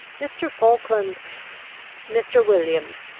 mr. falkland mr. williams,